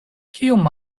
kiom